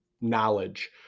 knowledge